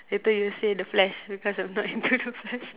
later you will say the flash because I'm not into the flash